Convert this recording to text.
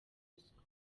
ruswa